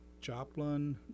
Joplin